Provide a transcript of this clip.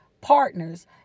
partners